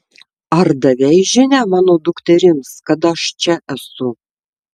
ar davei žinią mano dukterims kad aš čia esu